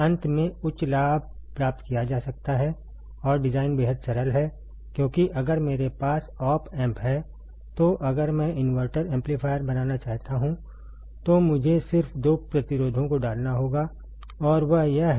अंत में उच्च लाभ प्राप्त किया जा सकता है और डिजाइन बेहद सरल है क्योंकि अगर मेरे पास ऑप एम्प है तो अगर मैं इनवर्टर एम्पलीफायर बनाना चाहता हूं तो मुझे सिर्फ दो प्रतिरोधों को डालना होगा और वह यह है